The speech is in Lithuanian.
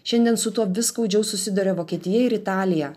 šiandien su tuo vis skaudžiau susiduria vokietija ir italija